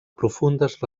profundes